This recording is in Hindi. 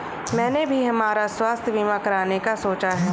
मैंने भी हमारा स्वास्थ्य बीमा कराने का सोचा है